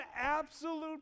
absolute